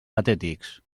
patètics